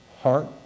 heart